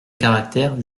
caractère